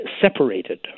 separated